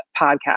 podcast